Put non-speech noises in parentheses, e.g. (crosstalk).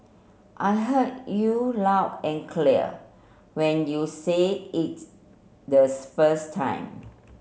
I heard you loud and clear when you said it (unintelligible) first time